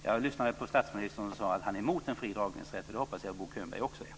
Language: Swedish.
Jag lyssnade på statsministern när han sade att han är emot fri dragningsrätt, och det hoppas jag att Bo Könberg också är.